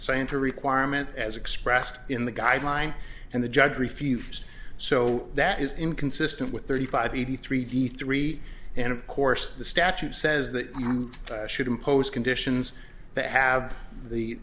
santa requirement as expressed in the guideline and the judge refused so that is inconsistent with thirty five eighty three v three and of course the statute says that we should impose conditions that have the